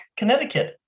connecticut